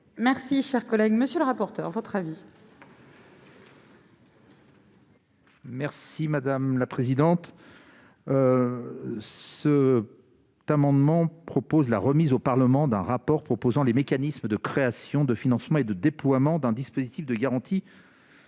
Merci, chers collègues, monsieur le rapporteur, votre avis. Merci madame la présidente, ce d'amendement propose la remise au Parlement d'un rapport proposant les mécanismes de création de financement et de déploiement d'un dispositif de garantie